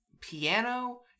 piano